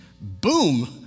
Boom